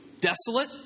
Desolate